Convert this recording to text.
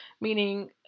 meaning